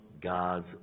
God's